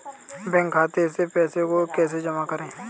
Bank खाते से पैसे को कैसे जमा करें?